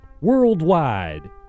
worldwide